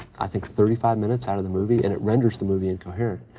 i think thirty five minutes out of the movie and it renders the movie incoherent.